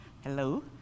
hello